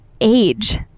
age